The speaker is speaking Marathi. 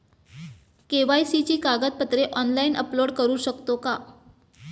के.वाय.सी ची कागदपत्रे ऑनलाइन अपलोड करू शकतो का?